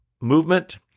movement